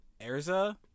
Erza